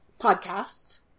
Podcasts